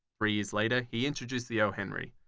three years later he introduced the oh henry!